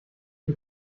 die